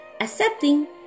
accepting